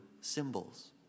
symbols